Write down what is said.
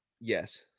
Yes